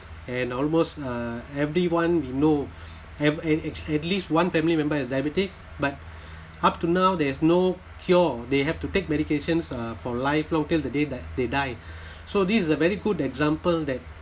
and almost uh everyone we know have an at least one family member has diabetes but up to now there is no cure they have to take medications uh for lifelong till the day that they die so this is a very good example that